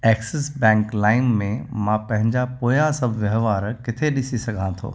axis Bank लाइम में मां पंहिंजा पोयां सभु व्यवहार किथे ॾिसी सघां थो